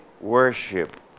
worship